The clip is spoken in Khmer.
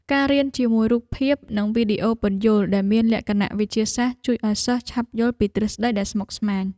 ការរៀនជាមួយរូបភាព និងវីដេអូពន្យល់ដែលមានលក្ខណៈវិទ្យាសាស្ត្រជួយឱ្យសិស្សឆាប់យល់ពីទ្រឹស្តីដែលស្មុគស្មាញ។